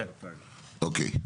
אוקיי.